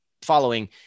following